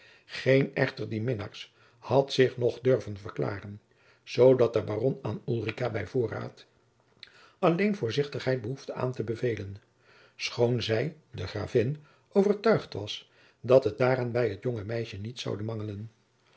geen echter dier minnaars had zich nog durven verklaren zoo dat de baron aan ulrica bij voorraad alleen voorzichtigheid behoefde aan te beveelen schoon zij de gravin overtuigd was dat het daaraan bij het jonge meisje niet zoude mangelen